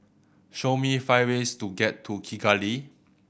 show me five ways to get to Kigali